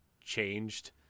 changed